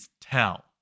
tell